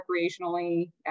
recreationally